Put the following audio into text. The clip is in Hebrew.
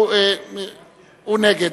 הוא נגד.